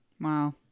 Wow